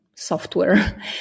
software